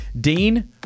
Dean